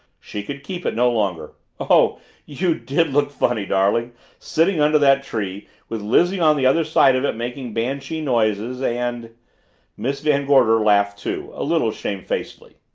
she could keep it no longer, oh you did look funny, darling sitting under that tree, with lizzie on the other side of it making banshee noises and miss van gorder laughed too, a little shamefacedly.